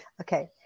Okay